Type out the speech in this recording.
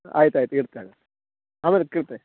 ಆಯ್ತು ಆಯಿತು ಇಡ್ತೇನೆ ಆಮೇಲೆ ಕೇಳ್ತೆ